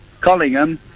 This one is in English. Collingham